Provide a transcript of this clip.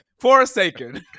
Forsaken